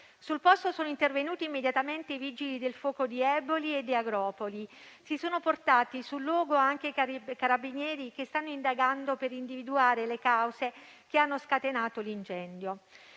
Sul posto sono intervenuti immediatamente i Vigili del fuoco di Eboli e di Agropoli. Si sono portati sul luogo anche i Carabinieri, che stanno indagando per individuare le cause che hanno scatenato l'incendio.